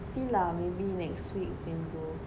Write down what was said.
see lah maybe next week can go